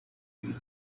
you